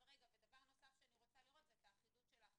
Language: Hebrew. ודבר נוסף שאני רוצה לראות זה את האחידות של ההחלטות.